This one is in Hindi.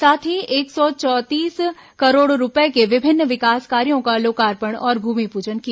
साथ ही एक सौ चौंतीस करोड़ रूपये के विभिन्न विकास कार्यों का लोकार्पण और भूमिपूजन किया